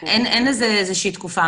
אין לזה איזושהי תקופה.